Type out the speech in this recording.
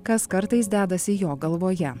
kas kartais dedasi jo galvoje